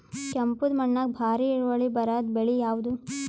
ಕೆಂಪುದ ಮಣ್ಣಾಗ ಭಾರಿ ಇಳುವರಿ ಬರಾದ ಬೆಳಿ ಯಾವುದು?